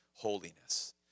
holiness